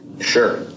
Sure